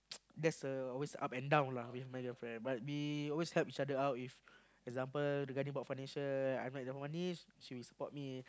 there's a always up and down lah with my girlfriend but we always help each other out with example regarding about financial I not enough money she will support me